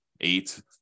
eight